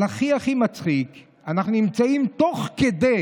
אבל הכי הכי מצחיק אנחנו נמצאים תוך כדי